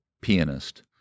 pianist